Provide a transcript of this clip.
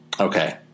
Okay